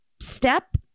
step